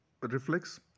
reflex